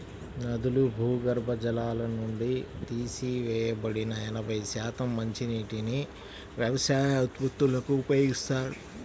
నదులు, భూగర్భ జలాల నుండి తీసివేయబడిన ఎనభై శాతం మంచినీటిని వ్యవసాయ ఉత్పత్తులకు ఉపయోగిస్తారు